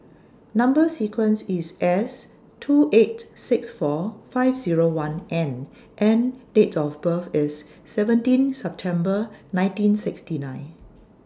Number sequence IS S two eight six four five Zero one N and Date of birth IS seventeen September nineteen sixty nine